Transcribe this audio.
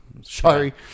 Sorry